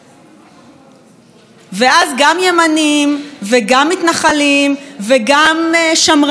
ואז גם ימנים וגם מתנחלים וגם שמרנים ומי שלא נמנה,